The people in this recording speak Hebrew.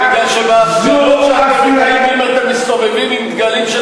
אולי בכלל מפני שבהפגנות שאתם מקיימים אתם מסתובבים עם דגלים של